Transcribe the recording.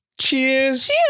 Cheers